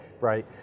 right